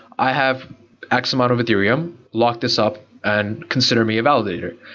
i have x amount of ethereum. lock this up and consider me a validator.